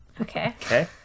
okay